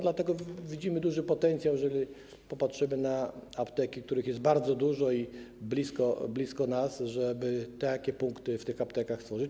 Dlatego widzimy duży potencjał - jeżeli popatrzymy na apteki, których jest bardzo dużo i są blisko nas - w tym, żeby takie punkty w tych aptekach stworzyć.